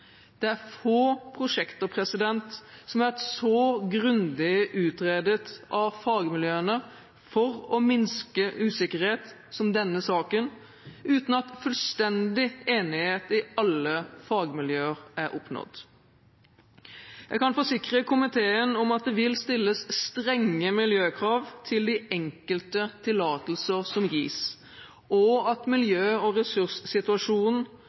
Det er få prosjekter som har vært så grundig utredet av fagmiljøene for å minske usikkerhet som denne saken, uten at fullstendig enighet i alle fagmiljøer er oppnådd. Jeg kan forsikre komiteen om at det vil stilles strenge miljøkrav til de enkelte tillatelser som gis, og at miljø- og ressurssituasjonen